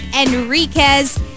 Enriquez